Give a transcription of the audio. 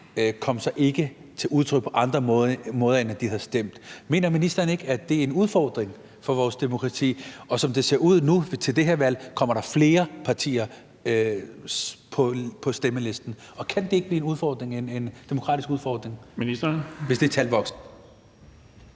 kom så ikke til udtryk på andre måder, end at de havde stemt. Mener ministeren ikke, at det er en udfordring for vores demokrati? Og som det ser ud nu, kommer der til det her valg flere partier på stemmesedlen, og kan det ikke blive en demokratisk udfordring, hvis det tal vokser?